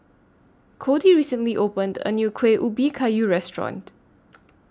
Cody recently opened A New Kueh Ubi Kayu Restaurant